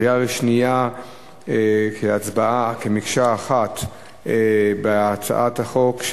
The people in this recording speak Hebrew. בקריאה שנייה כמקשה אחת על הצעת החוק,